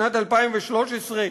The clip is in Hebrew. שנת 2013,